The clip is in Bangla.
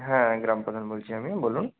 হ্যাঁ গ্রাম প্রধান বলছি আমি বলুন